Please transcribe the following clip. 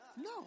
No